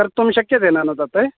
कर्तुं शक्यते न न तत्